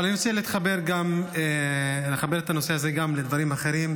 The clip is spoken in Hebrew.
אבל אני רוצה לחבר את הנושא הזה גם לדברים אחרים,